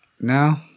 no